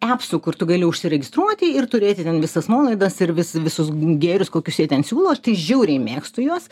epsų kur tu gali užsiregistruoti ir turėti ten visas nuolaidas ir vis visus gėrius kokius jie ten siūlo aš tai žiauriai mėgstu juos